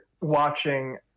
watching